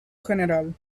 general